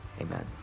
Amen